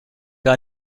gar